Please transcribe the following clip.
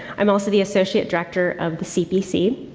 i'm also the associate director of the cpc.